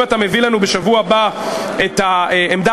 אם אתה מביא לנו בשבוע הבא את העמדה